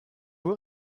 vous